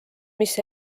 mis